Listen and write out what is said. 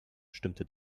stimmte